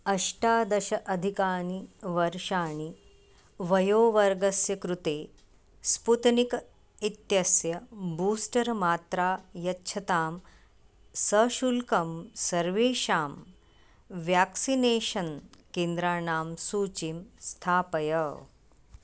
अष्टादश अधिकानि वर्षाणि वयोवर्गस्य कृते स्पूत्निक् इत्यस्य बूस्टर् मात्रा यच्छतां सशुल्कं सर्वेषां व्याक्सिनेषन् केन्द्राणां सूचीं स्थापय